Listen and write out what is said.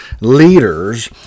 leaders